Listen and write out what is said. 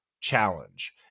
challenge